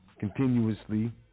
continuously